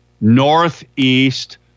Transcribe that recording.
Northeast